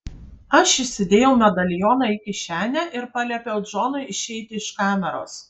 aš įsidėjau medalioną į kišenę ir paliepiau džonui išeiti iš kameros